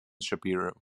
shapiro